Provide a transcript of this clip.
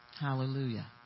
hallelujah